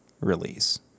release